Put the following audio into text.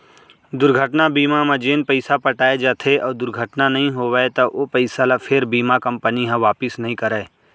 दुरघटना बीमा म जेन पइसा पटाए जाथे अउ दुरघटना नइ होवय त ओ पइसा ल फेर बीमा कंपनी ह वापिस नइ करय